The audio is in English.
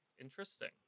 Interesting